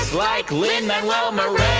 like lin-manuel um um